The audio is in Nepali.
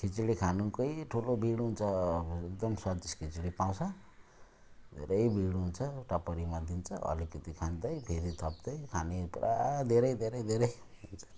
खिचडी खानुकै ठुलो भिड हुन्छ अब एकदम स्वादिष्ट खिचडी पाउँछ धेरै भिड हुन्छ टपरीमा दिन्छ अलिकति खाँदै फेरि थप्दै खाने पुरा धेरै धेरै धेरै हुन्छ